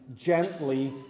gently